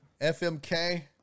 FMK